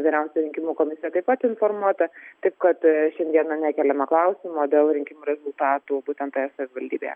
vyriausioji rinkimų komisija taip pat informuota taip kad šiandieną nekeliame klausimo dėl rinkimų rezultatų būtent savivaldybėje